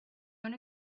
own